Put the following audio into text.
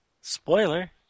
Spoiler